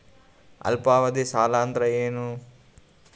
ಅಲ್ಪಾವಧಿ ಸಾಲ ಅಂದ್ರ ಏನು?